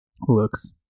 looks